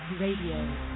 radio